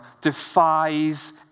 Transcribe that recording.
defies